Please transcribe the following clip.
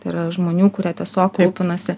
tai yra žmonių kurie tiesiog rūpinasi